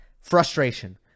frustration